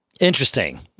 interesting